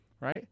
right